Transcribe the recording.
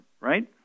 right